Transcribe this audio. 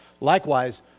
Likewise